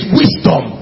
wisdom